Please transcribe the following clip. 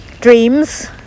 dreams